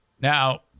Now